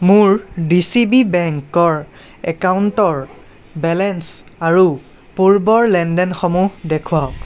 মোৰ D C B বেংকৰ একাউণ্টৰ বেলেঞ্চ আৰু পূৰ্বৰ লেনদেনসমূহ দেখুৱাওঁক